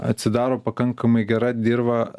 atsidaro pakankamai gera dirva